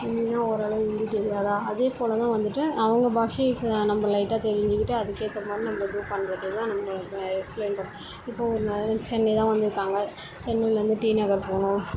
ஹிந்தின்னா ஓரளவு ஹிந்தி தெரியாதா அதே போல் தான் வந்துட்டு அவங்க பாஷையை கு நம்ம லைட்டாக தெரிஞ்சிக்கிட்டு அதுக்கேற்ற மாதிரி நம்மள இது பண்ணுறது தான் நம்ம ப எக்ஸ்ப்ளைன் பண் இப்போது ஒரு சென்னை தான் வந்திருக்காங்க சென்னையிலேர்ந்து டி நகர் போகணும்